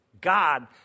God